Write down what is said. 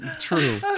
True